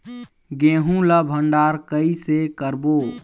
गेहूं ला भंडार कई से करबो?